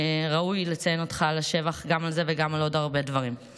ראוי לציין אותך לשבח גם על זה וגם על עוד הרבה דברים.